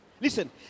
Listen